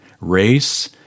race